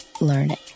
learning